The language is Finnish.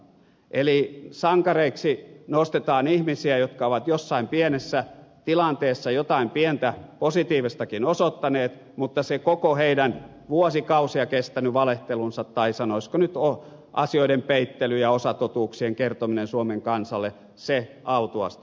eli sankareiksi nostetaan ihmisiä jotka ovat jossain pienessä tilanteessa jotain pientä positiivistakin osoittaneet mutta se koko heidän vuosikausia kestänyt valehtelunsa tai sanoisiko nyt asioiden peittely ja osatotuuksien kertominen suomen kansalle autuaasti unohdetaan